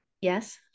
yes